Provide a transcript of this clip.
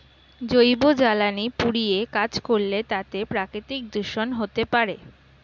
জৈব জ্বালানি পুড়িয়ে কাজ করলে তাতে প্রাকৃতিক দূষন হতে পারে